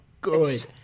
good